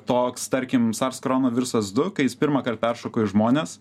toks tarkim sars korona virusas du kai jis pirmąkart peršoko į žmones